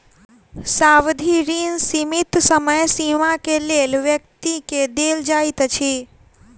सावधि ऋण सीमित समय सीमा के लेल व्यक्ति के देल जाइत अछि